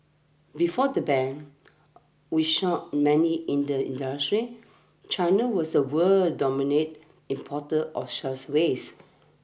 before the ban which shocked many in the industry China was the world's dominant importer of such waste